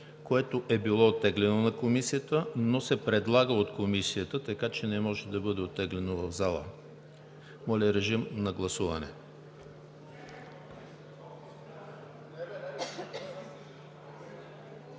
което е било оттеглено на Комисията, но се предлага от Комисията, така че не може да бъде оттеглено в залата. Гласували